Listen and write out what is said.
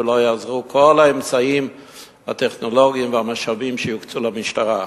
ולא יעזרו כל האמצעים הטכנולוגיים והמשאבים שיוקצו למשטרה.